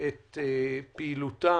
את פעילותה